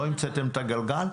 לא המצאתם את הגלגל.